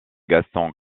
gaston